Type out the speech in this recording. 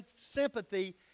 sympathy